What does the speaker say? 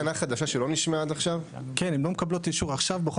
הן מקבלות אישור.